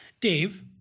Dave